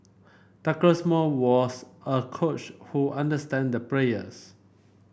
Douglas Moore was a coach who understand the players